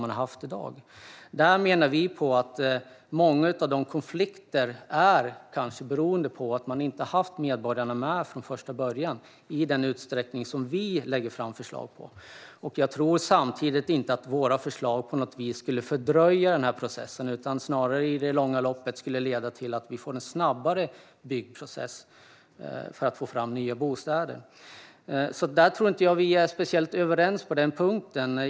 Många konflikter beror, menar vi, på att man inte har haft med sig medborgarna från första början i en sådan utsträckning som vi lägger fram förslag om. Jag tror inte att våra förslag på något vis skulle fördröja processen. Snarare skulle det i det långa loppet leda till att byggprocessen för att få fram nya bostäder blir snabbare. Jag tror inte att vi är särskilt överens på den här punkten.